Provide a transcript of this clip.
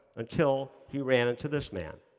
until he ran into this man.